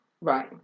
Right